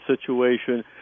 situation